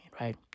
right